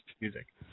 music